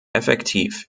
effektiv